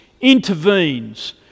intervenes